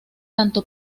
tanto